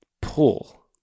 pull